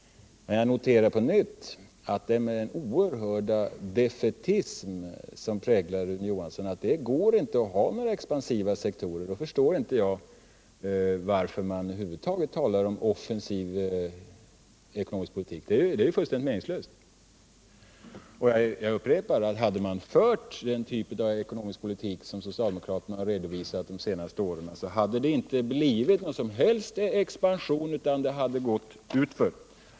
Men jag noterar på nytt den oerhörda defaitism som präglar Rune Johanssons uttalanden. Han tycks anse att det inte går att ha några expansiva sektorer. Då förstår jag inte varför man över huvud taget talar om offensiv ekonomisk politik. Det är ju fullständigt meningslöst! Jag upprepar: Hade man fört den typ av ekonomisk politik som socialdemokraterna har redovisat de senaste åren hade det inte blivit någon som helst expansion utan det hade gått utför.